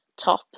top